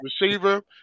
receiver